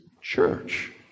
church